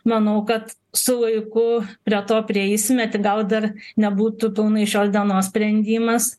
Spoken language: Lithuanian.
manau kad su laiku prie to prieisime tik gal dar nebūtų pilnai šios dienos sprendimas